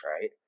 right